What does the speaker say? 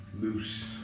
loose